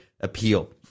appeal